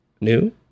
new